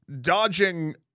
dodging